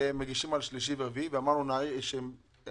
מגישים על מרץ ואפריל, והייתה